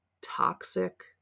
toxic